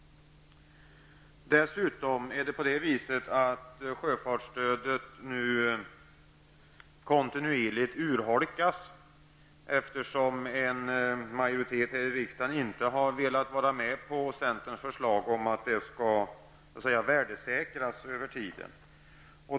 Dessutom urholkas sjöfartsstödet kontinuerligt, eftersom en majoritet här i riksdagen inte har ställt sig bakom centerns förslag om att stödet skall värdesäkras över tiden.